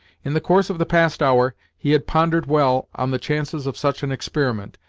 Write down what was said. in the course of the past hour, he had pondered well on the chances of such an experiment,